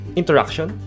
interaction